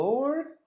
Lord